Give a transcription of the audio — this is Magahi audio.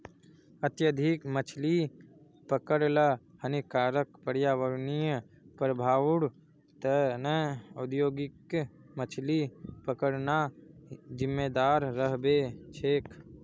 अत्यधिक मछली पकड़ ल हानिकारक पर्यावरणीय प्रभाउर त न औद्योगिक मछली पकड़ना जिम्मेदार रह छेक